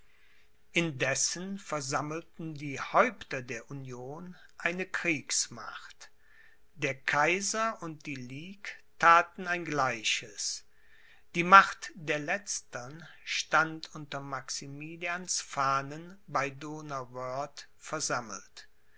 indessen versammelten die häupter der union eine kriegsmacht der kaiser und die ligue thaten ein gleiches die macht der letztern stand unter maximilians fahnen bei donauwörth versammelt